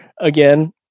again